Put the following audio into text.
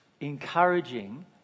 encouraging